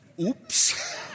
Oops